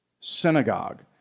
synagogue